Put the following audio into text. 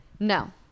No